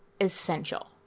Essential